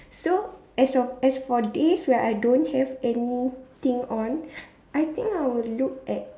so as of as for days where I don't have anything on I think I will look at